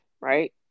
right